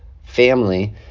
family